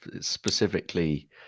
specifically